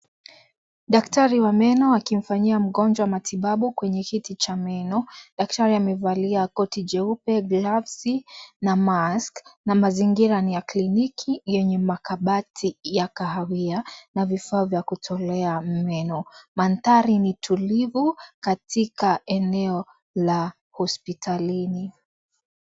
Daktari wa meno akimfanyia mgonjwa matibabu kwenye kiti cha meno, daktari amevalia koti jeupe, glasi na mask na mazingira ni ya kliniki yenye makabati ya kahawia na vifaa vya kutolea meno mandhari ni tulivu katika eneo la hospitalini.